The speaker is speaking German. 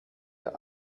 der